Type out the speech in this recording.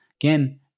Again